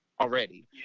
already